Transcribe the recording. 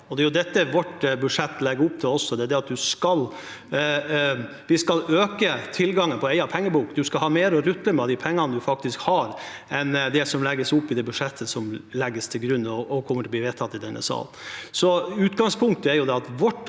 Det er dette vårt budsjett legger opp til. Vi skal øke tilgangen på egen pengebok. Man skal ha mer å rutte med av de pengene man faktisk har, enn i det som det legges opp til i budsjettet som legges til grunn og kommer til å bli vedtatt i denne sal.